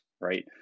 right